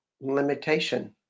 limitation